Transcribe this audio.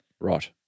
Right